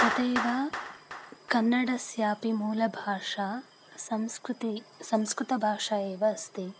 तथैव कन्नडस्यापि मूलभाषा संस्कृतं संस्कृतभाषा एव अस्ति